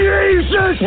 Jesus